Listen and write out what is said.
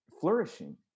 flourishing